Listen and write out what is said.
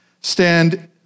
stand